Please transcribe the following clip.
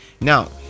now